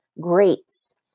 greats